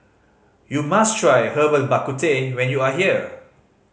you must try Herbal Bak Ku Teh when you are here